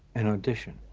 an audition,